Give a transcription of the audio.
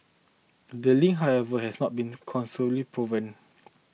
the link however has not been proven